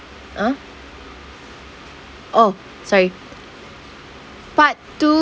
(uh huh) oh sorry part two